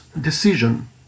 decision